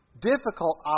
difficult